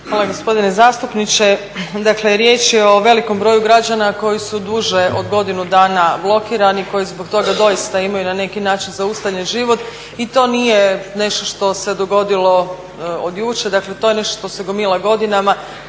Hvala gospodine zastupniče. Dakle, riječ je o velikom broju građana koji su duže od godinu dana blokirani i koji zbog toga doista imaju na neki način zaustavljen život i to nije nešto što se dogodilo od jučer, dakle to je nešto što se gomila godinama.